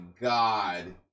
God